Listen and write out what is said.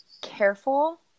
careful